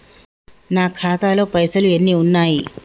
నా ఖాతాలో పైసలు ఎన్ని ఉన్నాయి?